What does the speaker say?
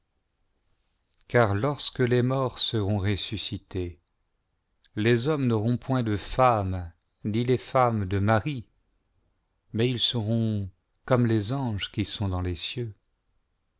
car lorsque les morts seront ressuscites les hommes n'auront point de femmes ni les femmes de maris mais ils seront comme les anges qui font dans les cieux